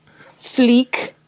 Fleek